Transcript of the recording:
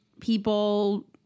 people